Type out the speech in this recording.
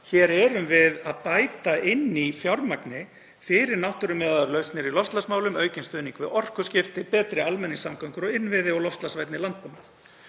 hér erum við að bæta inn í fjármagni fyrir náttúrumiðaðar lausnir í loftslagsmálum, aukinn stuðning við orkuskipti, betri almenningssamgöngur og innviði og loftslagsvænni landbúnað.